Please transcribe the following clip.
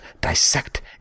dissect